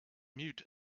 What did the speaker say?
mute